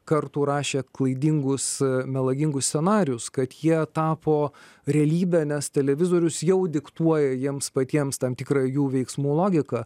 kartų rašė klaidingus melagingus scenarijus kad jie tapo realybe nes televizorius jau diktuoja jiems patiems tam tikrą jų veiksmų logiką